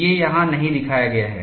ये यहां नहीं दिखाए गए हैं